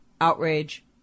outrage